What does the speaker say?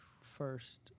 first